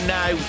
now